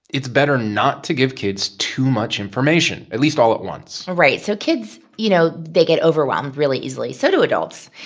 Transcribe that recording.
it's better not to give kids too much information, at least all at once right. so kids you know, they get overwhelmed really easily so do adults.